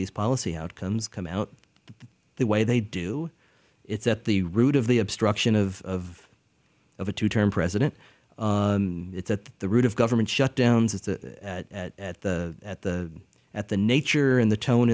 these policy outcomes come out the way they do it's at the root of the obstruction of a two term president it's at the root of government shutdowns it's at the at the at the nature in the tone